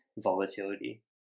volatility